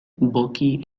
bulky